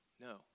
No